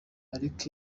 ariko